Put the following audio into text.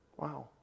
Wow